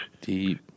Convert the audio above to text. Deep